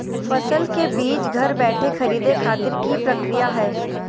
फसल के बीज घर बैठे खरीदे खातिर की प्रक्रिया हय?